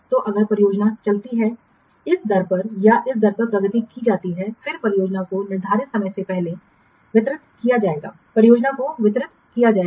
तो अगर परियोजना चलती है इस दर पर या इस दर पर प्रगति की जाती है फिर परियोजना को निर्धारित समय से बहुत पहले वितरित किया जाएगा परियोजना को वितरित किया जाएगा